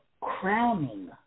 crowning